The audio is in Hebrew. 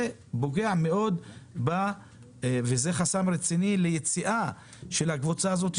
זה פוגע מאוד וזה חסם רציני ליציאה של הקבוצה הזאת,